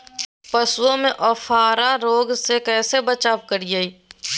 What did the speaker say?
पशुओं में अफारा रोग से कैसे बचाव करिये?